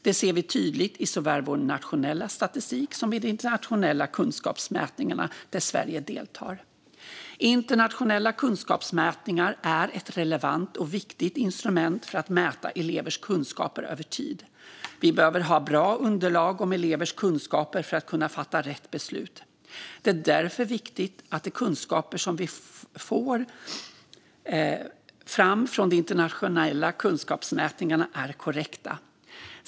Det ser vi tydligt i såväl vår nationella statistik som de internationella kunskapsmätningar där Sverige deltar. Internationella kunskapsmätningar är ett relevant och viktigt instrument för att mäta elevers kunskaper över tid. Vi behöver ha bra underlag om elevers kunskaper för att kunna fatta rätt beslut. Det är därför viktigt att de kunskaper som vi får fram från de internationella kunskapsmätningarna är korrekta.